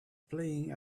playing